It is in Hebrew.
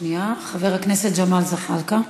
חבר הכנסת ג'מאל זחאלקה.